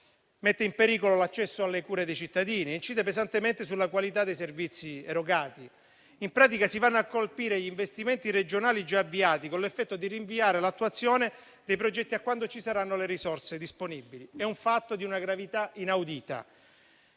mette in pericolo l'accesso alle cure dei cittadini e incide pesantemente sulla qualità dei servizi erogati. In pratica, si vanno a colpire gli investimenti regionali già avviati, con l'effetto di rinviare l'attuazione dei progetti a quando ci saranno le risorse disponibili. È un fatto di una gravità inaudita,